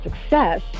success